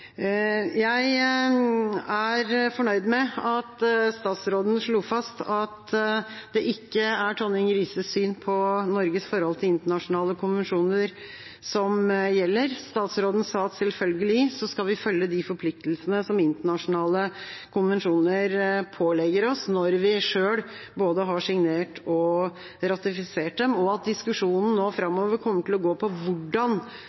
Jeg er fornøyd med at statsråden slo fast at det ikke er Tonning-Riises syn på Norges forhold til internasjonale konvensjoner som gjelder. Statsråden sa at vi selvfølgelig skal følge de forpliktelsene som internasjonale konvensjoner pålegger oss når vi selv har både signert og ratifisert dem, og at diskusjonen nå framover kommer til å gå på hvordan